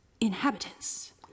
inhabitants